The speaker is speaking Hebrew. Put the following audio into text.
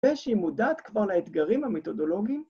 ‫ושהיא מודעת כבר ‫לאתגרים המתודולוגיים.